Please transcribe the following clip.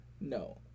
no